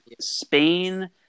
Spain